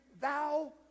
Thou